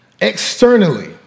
Externally